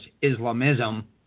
Islamism